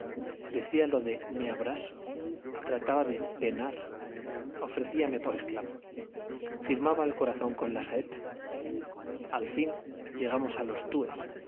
decía lo de me abraso trataba de penar ofrecíame por esclavo firmaba el corazón con la saeta al fin llegamos a los túes